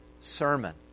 sermon